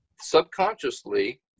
subconsciously